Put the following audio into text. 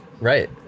Right